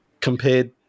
compared